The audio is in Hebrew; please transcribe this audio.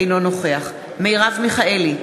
אינו נוכח מרב מיכאלי,